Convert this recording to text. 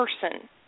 person